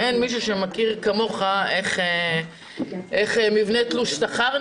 אין מישהו שמכיר כמוך איך נראה מבנה תלוש שכר,